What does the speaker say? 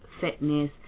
fitness